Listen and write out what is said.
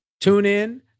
TuneIn